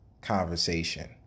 conversation